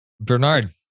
Bernard